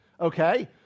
okay